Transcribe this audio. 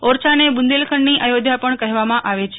ઓરછાને બુંદેલખંડની અયોધ્યા પણ કહેવામાં આવે છે